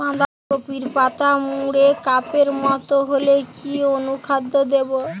বাঁধাকপির পাতা মুড়ে কাপের মতো হলে কি অনুখাদ্য দেবো?